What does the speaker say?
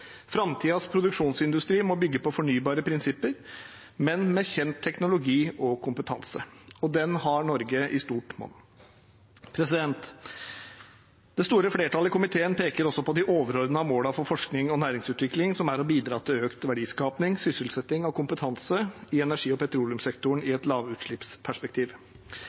produksjonsindustri må bygge på fornybare prinsipper, men med kjent teknologi og kompetanse. Og det har Norge i stort monn. Det store flertallet i komiteen peker også på de overordnede målene for forskning og næringsutvikling, som er å bidra til økt verdiskaping, sysselsetting og kompetanse i energi- og petroleumssektoren i et lavutslippsperspektiv.